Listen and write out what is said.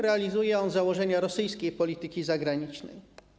Realizuje on założenia rosyjskiej polityki zagranicznej.